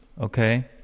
okay